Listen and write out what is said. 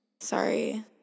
sorry